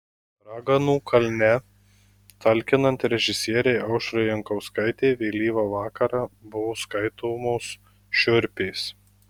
raganų kalne talkinant režisierei aušrai jankauskaitei vėlyvą vakarą buvo skaitomos šiurpės